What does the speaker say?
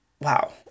wow